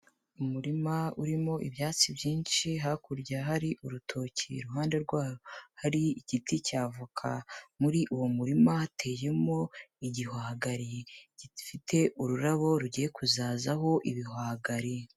Umurima urimo ibyatsi byinshi, hakurya hari urutoki, iruhande rwaho hari igiti cya voka, muri uwo murima hateyemo igihwagari gifite ururabo rugiye kuzazaho ibihwagari.